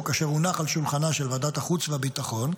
אשר הונח על שולחנה של ועדת החוץ והביטחון,